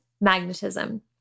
magnetism